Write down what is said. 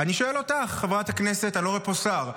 אני שואל אותך, חברת הכנסת, אני לא רואה פה שר.